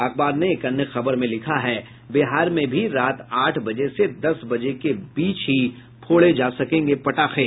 अखबार ने एक अन्य खबर में लिखा है बिहार में भी रात आठ बजे से दस बजे के बीच ही फोड़ सकेंगे पटाखे